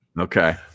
Okay